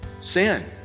sin